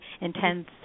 intense